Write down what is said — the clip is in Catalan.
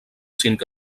cinc